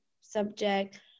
subject